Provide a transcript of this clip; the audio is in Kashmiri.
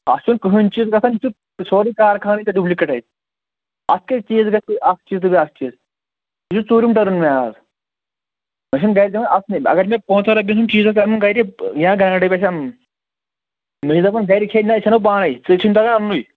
اَتھ چھُنہٕ کٕہٕنۍ چیٖز گژھان یہِ چھُ سورُےکارخانٕے ژےٚ ڈُپلی کیٹے اَتھ کٔژ چیٖز گژھِ اکھ چیٖز ہسا اکھ چیٖز یہِ چھُ ژوٗرِم ٹٔرٕن مےٚ از مےٚ چھُنہٕ گرِ دِوان اَژنے اگر مےٚ پانٛژن رۄپٮ۪ن ہُنٛد چیٖز آسہِ آنُن گرِ یا گنٛدک ڈیٚبۍ آسہِ اَنٔنۍ مےٚ چھِ دپان گرِگۍ ہے نہَ أسۍ انو پانے ژےٚ چھُے نہٕ تگان انہٕ نُے